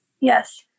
Yes